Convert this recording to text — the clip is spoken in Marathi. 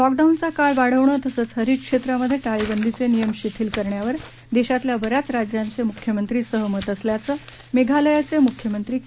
लॉकडाऊनचा काळ वाढवणं तसंच हरित क्षेत्रामध्ये टाळेबंदीचे नियम शिथिल करण्यावर देशातल्या बऱ्याच राज्यांचे म्ख्यमंत्री सहमत असल्याचं मेघालयाचे म्ख्यमंत्री के